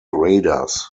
raiders